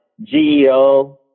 GEO